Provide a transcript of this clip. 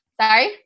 sorry